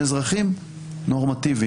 הם אזרחים נורמטיביים.